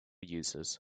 users